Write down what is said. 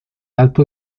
alto